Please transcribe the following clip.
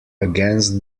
against